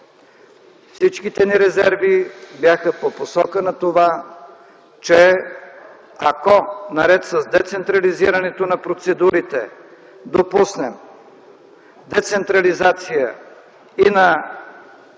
Всичките ни резерви бяха по посока на това, че ако наред с децентрализирането на процедурите допуснем децентрализация и на критериите,